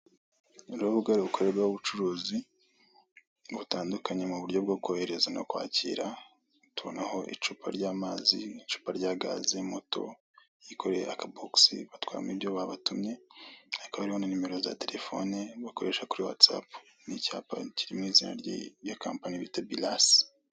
Urubuga rukorerwaho ubucuruzi butandukanye mu buryo bwo kohereza no kwakira, tubonaho icupa ry'amazi, icupa rya gaze, moto yikoreye akabogisi batwaramo ibyo babatumye, hakaba hariho na nimero za telefone bakoresha kuri Whatsapp n'icyapa kiri mu izina ry'iyo kampani bita Biras.